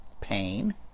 pain